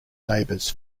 neighbours